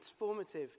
transformative